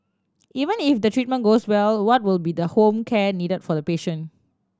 even if the treatment goes well what will be the home care needed for the patient